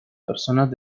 personas